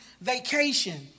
vacation